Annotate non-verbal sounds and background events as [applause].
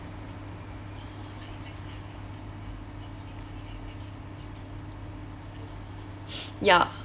[breath] ya